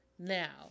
Now